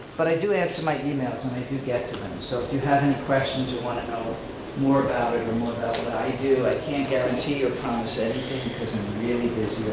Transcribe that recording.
but i do answer my emails, and i do get to them. so if you have any questions or want to know more about it, or more about what i do. i can't guarantee or promise anything because i'm really